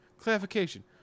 Clarification